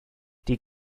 die